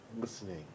listening